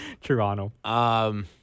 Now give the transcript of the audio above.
Toronto